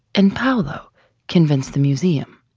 and paolo convinced the museum.